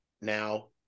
now